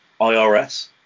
IRS